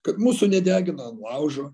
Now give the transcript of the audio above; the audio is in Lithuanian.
kad mūsų nedegina ant laužo